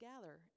gather